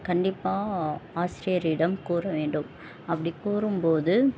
கண்டிப்பாக ஆசிரியரிடம் கூற வேண்டும் அப்படி கூறும்போது